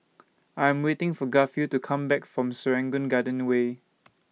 I Am waiting For Garfield to Come Back from Serangoon Garden Way